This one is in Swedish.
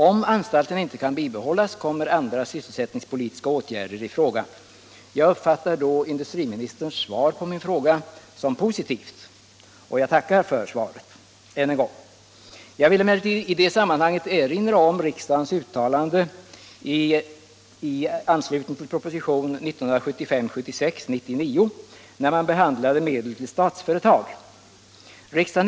Om anstalten inte kan bibehållas kommer andra sysselsättningspolitiska åtgärder i fråga. Jag uppfattar industriministerns svar på min fråga som positivt i detta avseende, och jag tackar ännu en gång för svaret. Jag vill i detta sammanhang erinra om riksdagens uttalande med anledning av propositionen 1975/76:99 om medel till Statsföretag.